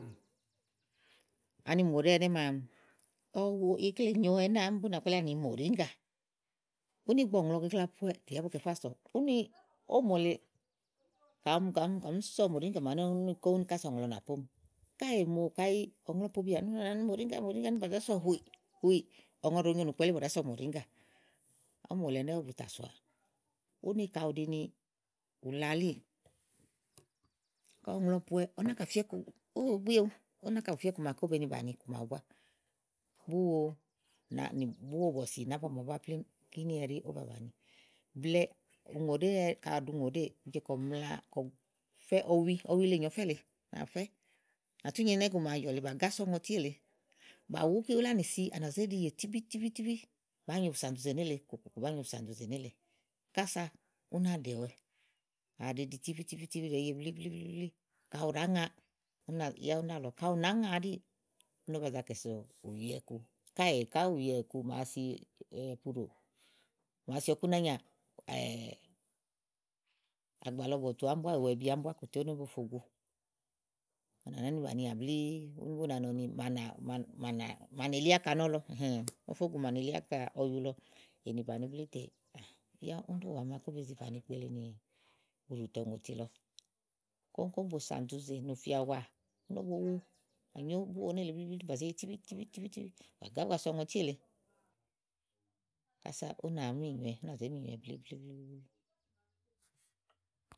Ani ùŋòɖèé ɛnɛ́ màa ɔwi ikle nyòo ɛnɛ́ àámi bú nàa kpalí ni mòɖiŋgà, úni ɔ̀ŋlɔ gagla po ùŋò tè bùú kɛ fá sɔ̀ mòɖiŋgà. úni ówò mòole ka àá mu ka àá mu ɔmi sɔ̀ mòɖíngà màawu ɛnɛ́ kása kóŋ ɔŋlɔ nà pómi. Káèè mò kayi ɔ̀ŋlɔ pòobìà bu ɖàa nɔ ni mòɖíŋgà, mòɖíŋgà úni bà zá sɔ̀ hùì, hùì ɔ̀ŋlɔ ɖòo nyo ìnùkpowɛ elí bù ɖàá sɔ mòɖíŋgà. ówò mòole ɛnɛ́ ówò bù tà sɔ̀àà úni kayi ù ɖi ni ù la elíì kayi ɔ̀ŋlɔ pòowɛ, ɔwɔ náka fìá ikuma, ówó òó gbiéwu ówo náka bù fía iku maké ówó be ni bàni iku màawu búá búwo nàá búwobɔ̀sì nàábua màawu búá plémú kíni ɛɖí ówó ba bàniblɛ̀ɛ ùŋò ɖèé, ka àɖi ùŋòɖèé ùú je kɔ ùmla ùú je kɔ bu fɛ́ ɔwi ɔwi le nyòo ɔfɛ́ lèe kɔfɛ́ bà si à nà zé ɖi yè tíbítíbí bàáa nyo bùsànduzè nélèe kòkò kòkò bàáa nyo bùsànduzè nélèe kása ú nàa ɖè ɔwɛ ka aɖe ɖi tíbítíbí ɔwɔ ɖèé ye blíblí, ka ùɖàá ŋa, únà yá úni ɖíàlɔ ka ù nàá ŋa ɛɖíì úni ówó ba za kɛ̀so ùwiɛ̀ku. káèè kayi ùwiɛ̀ku màa si ɛ̀buɖò màa si ɔkúnányia à àgbà lɔ bɔ̀tù àámi búá ùwàèbi àámi búá kòtè úni ówó bo fo gu à nàáni bànià blíí úni bàa nɔ ni màa nà màa nèe li áka nɔ̀lɔ ówo fó gùu màa ne li áka ɔyu lɔ tè ka ù fana bàni blíí tè yá úni ɖí ùwà màaké owobe zi bàni kpelinì ùɖùtɔ̀ŋòti lɔ kóŋ kóŋ bùsànɖuzé nì ù fíáwà úni bowu bà nyò búwo nélèe blíblí bà zé ye tíbítíbítíbí, bà gá ábua so ɔŋɔtí èle kása ú nàá minyòowɛ ú nà zé minyòowɛ blíblíbĺi.